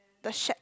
the shack